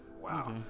Wow